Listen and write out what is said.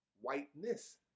whiteness